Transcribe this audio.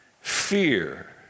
fear